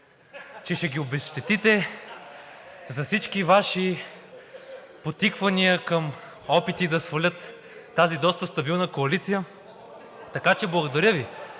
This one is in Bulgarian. че ще ги обезщетите за всички Ваши подтиквания към опити да свалят тази доста стабилна коалиция. Така че, благодаря Ви.